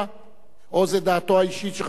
או זו דעתו האישית של חבר הכנסת טיבייב?